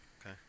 Okay